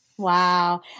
Wow